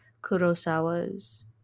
Kurosawa's